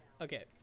Okay